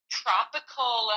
tropical